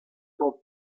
son